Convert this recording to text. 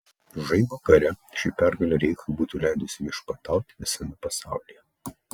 žaibo kare ši pergalė reichui būtų leidusi viešpatauti visame pasaulyje